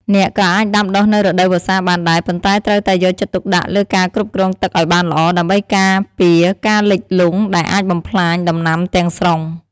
អ្នកក៏អាចដាំដុះនៅរដូវវស្សាបានដែរ ប៉ុន្តែត្រូវតែយកចិត្តទុកដាក់លើការគ្រប់គ្រងទឹកឱ្យបានល្អ ដើម្បីការពារការលិចលង់ដែលអាចបំផ្លាញដំណាំទាំងស្រុង។